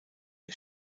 der